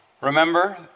Remember